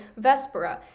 Vespera